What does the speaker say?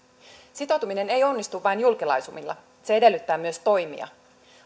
sitoutuminen ei onnistu vain julkilausumilla se edellyttää myös toimia